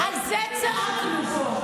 חבר הכנסת מושיאשוילי.